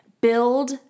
build